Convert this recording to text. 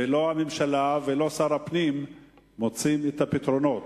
ולא הממשלה ולא שר הפנים מוצאים את הפתרונות.